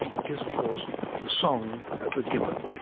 it is of course the song of the gibbon.